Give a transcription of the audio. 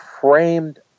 framed